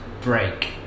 break